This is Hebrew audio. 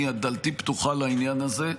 דלתי פתוחה לעניין הזה.